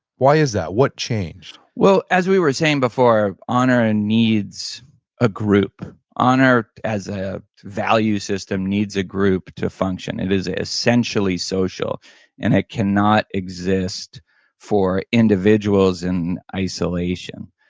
why is that? what changed? well as we were saying before honor and needs a group, honor as a value system needs a group to function. it is essentially social and it cannot exist for individuals in isolation.